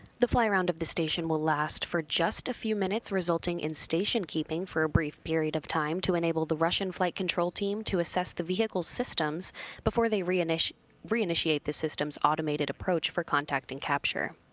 the fly around of the station will last for just a few minutes resulting in station keeping for a brief period of time to enable the russian flight control team to assess the vehicle's systems before they reinitiate reinitiate the system's automated approach for contact and capture.